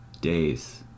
days